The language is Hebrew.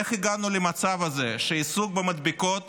איך הגענו למצב הזה שהעיסוק במדבקות